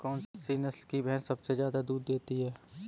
कौन सी नस्ल की भैंस सबसे ज्यादा दूध देती है?